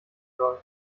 soll